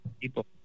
people